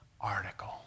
article